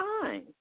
time